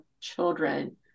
children